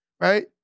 right